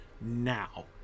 now